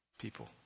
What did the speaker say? people